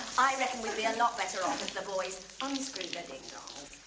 i reckon we'd be a lot better off if the boys unscrewed their ding dongs,